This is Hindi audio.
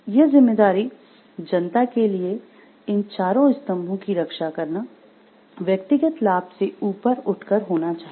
यह जिम्मेदारी जनता के लिए इन चारों स्तंभों की रक्षा करना व्यक्तिगत लाभ से ऊपर उठकर होना चाहिए